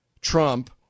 Trump